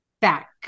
Back